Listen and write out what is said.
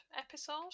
episode